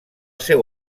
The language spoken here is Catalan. seu